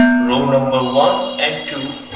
row number one and two